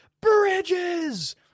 Bridges